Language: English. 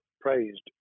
praised